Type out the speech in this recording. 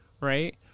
right